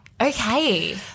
Okay